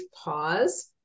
pause